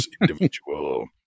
individual